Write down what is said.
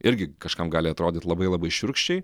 irgi kažkam gali atrodyt labai labai šiurkščiai